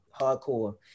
hardcore